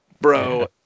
Bro